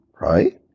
Right